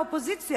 לאופוזיציה,